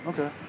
Okay